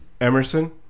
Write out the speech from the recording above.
Emerson